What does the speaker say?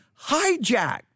hijacked